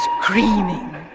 screaming